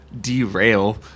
derail